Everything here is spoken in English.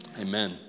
Amen